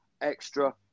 extra